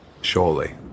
Surely